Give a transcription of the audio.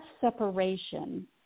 separation